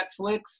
Netflix